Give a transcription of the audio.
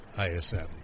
ISM